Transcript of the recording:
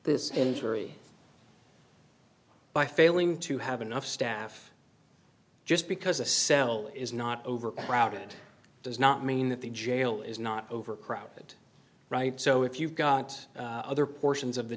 this injury by failing to have enough staff just because a cell is not overcrowded does not mean that the jail is not overcrowded right so if you've got other portions of the